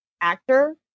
actor